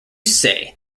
say